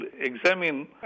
examine